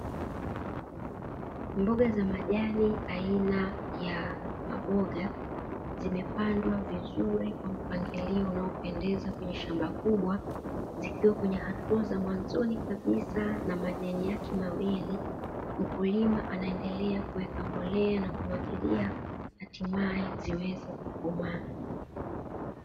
Mboga za majani aina ya maboga zimepandwa vizuri kwa mpangilio unaopendeza kwenye shamba kubwa zikiwa kwenye hatua za mwanzoni kabisa, na majani yake mawili mkulima anaendelea kuweka mbolea na kumwagilia hatimaye ziweze kukomaa.